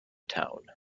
town